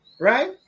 right